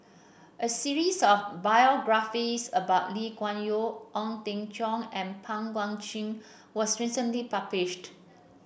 a series of biographies about Lee Kuan Yew Ong Teng Cheong and Pang Guek Cheng was recently published